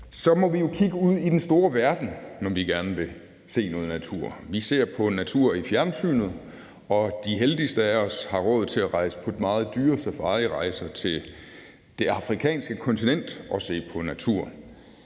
Så må vi jo kigge ud i den store verden, når vi gerne vil se noget natur. Vi ser på natur i fjernsynet, og de heldigste af os har råd til at rejse på meget dyre safarirejser til det afrikanske kontinent og se på natur.